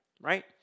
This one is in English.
right